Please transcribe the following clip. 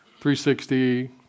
360